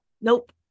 Nope